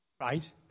Right